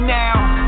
now